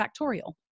Factorial